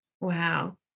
Wow